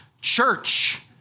church